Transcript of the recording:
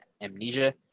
amnesia